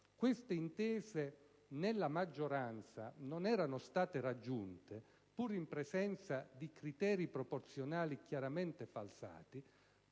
queste intese nella maggioranza non erano state raggiunte, pur in presenza di criteri proporzionali chiaramente falsati,